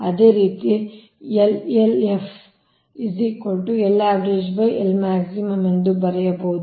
ಅದೇ ರೀತಿ ಎಂದು ಬರೆಯಬಹುದು